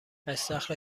استخر